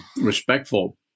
respectful